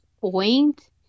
point